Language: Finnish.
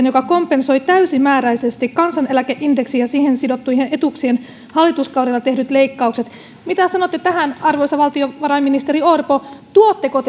joka kompensoi täysimääräisesti kansaneläkeindeksiin ja siihen sidottuihin etuuksiin hallituskaudella tehdyt leikkaukset mitä sanotte tähän arvoisa valtiovarainministeri orpo tuotteko